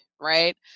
right